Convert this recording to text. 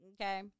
okay